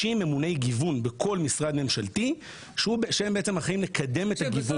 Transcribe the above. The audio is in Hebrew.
ממוני גיוון בכל משרד ממשלתי שהם אחראים לקדם את הגיוון.